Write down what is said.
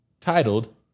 Titled